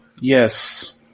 Yes